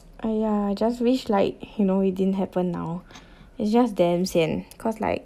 !aiya! just wish like you know it didn't happen now it's just damn sian cause like